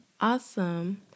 awesome